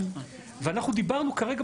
אנחנו דיברנו כרגע,